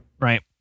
Right